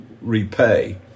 repay